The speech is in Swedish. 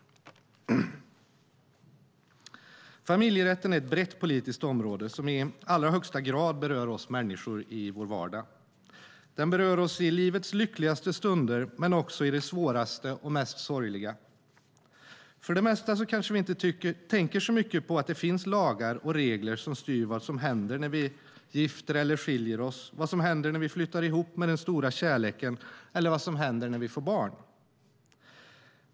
Familjerätten är ett brett politiskt område som i allra högsta grad berör oss människor i vår vardag. Den berör oss i livets lyckligaste stunder, men också i de svåraste och sorgligaste. För det mesta kanske vi inte tänker så mycket på att det finns lagar och regler som styr vad som händer när vi gifter eller skiljer oss, vad som händer när vi flyttar ihop med den stora kärleken eller vad som händer när vi får barn.